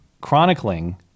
chronicling